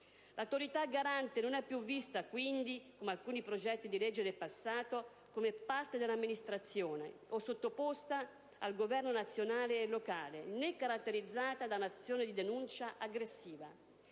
L'Autorità garante non è più vista quindi, come alcuni progetti di legge del passato, come parte dell'amministrazione o sottoposta al governo nazionale e locale, né caratterizzata da un'azione di denuncia aggressiva.